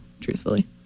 truthfully